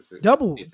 Double